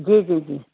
जी जी जी